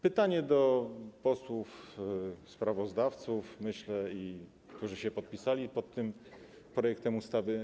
Pytanie do posłów sprawozdawców, myślę, i tych, którzy podpisali się pod tym projektem ustawy: